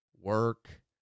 work